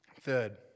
Third